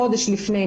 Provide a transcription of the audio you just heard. חודש לפני,